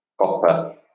copper